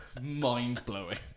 mind-blowing